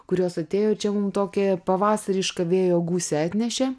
kurios atėjo čia mum tokią pavasarišką vėjo gūsį atnešė